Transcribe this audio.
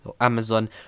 amazon